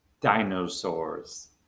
Dinosaurs